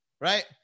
right